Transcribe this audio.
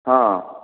ହଁ